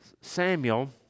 Samuel